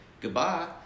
goodbye